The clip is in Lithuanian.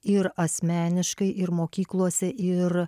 ir asmeniškai ir mokyklose ir